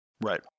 Right